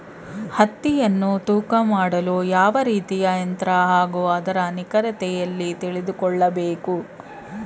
ಹತ್ತಿಯನ್ನು ತೂಕ ಮಾಡಲು ಯಾವ ರೀತಿಯ ಯಂತ್ರ ಹಾಗೂ ಅದರ ನಿಖರತೆ ಎಲ್ಲಿ ತಿಳಿದುಕೊಳ್ಳಬೇಕು?